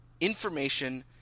information